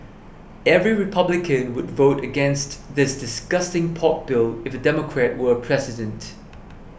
every Republican would vote against this disgusting pork bill if a Democrat were president